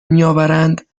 میآورند